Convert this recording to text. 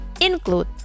include